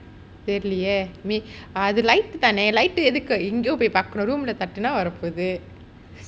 தெரியலையா அது:theriyalaiyae athu light தான:thaana light எதுக்கு எங்கையோ போய் பார்க்கணும்:ethukkku engaiyo poi paarkanum room ல தட்டுனா வரப்போகுது:la thattuna varappoguthu